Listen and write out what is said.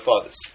fathers